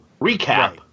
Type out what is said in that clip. recap